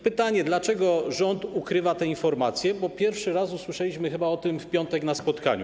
Pytanie, dlaczego rząd ukrywa te informacje, bo pierwszy raz usłyszeliśmy chyba o tym w piątek na spotkaniu.